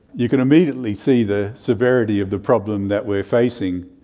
you can immediately see the severity of the problem that we're facing.